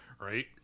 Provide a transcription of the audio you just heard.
right